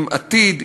עם עתיד,